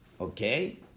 Okay